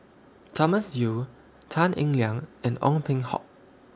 Thomas Yeo Tan Eng Liang and Ong Peng Hock